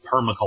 permaculture